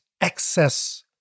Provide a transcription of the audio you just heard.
excess